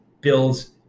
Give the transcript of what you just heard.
builds